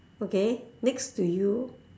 okay next to you